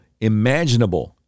imaginable